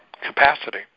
capacity